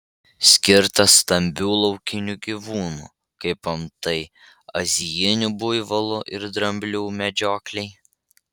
skirtas stambių laukinių gyvūnų kaip antai azijinių buivolų ir dramblių medžioklei